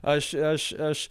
aš aš aš